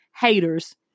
haters